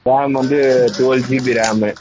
RAM வந்து dual GB RAM